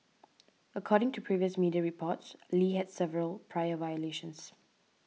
according to previous media reports Lee had several prior violations